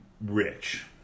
rich